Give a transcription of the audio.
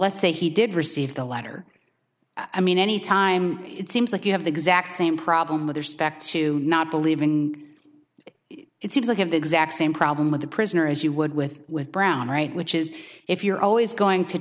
let's say he did receive the letter i mean any time it seems like you have the exact same problem with respect to not believing it seems like of the exact same problem with the prisoner as you would with with brown right which is if you're always going to